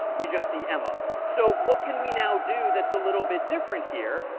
we just see emma. so what can we now do that's a little bit different here?